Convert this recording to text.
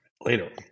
later